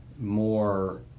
more